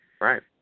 Right